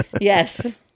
Yes